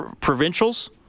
Provincials